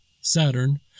Saturn